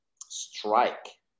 strike